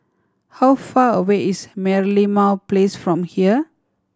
how far away is Merlimau Place from here